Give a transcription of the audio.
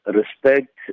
respect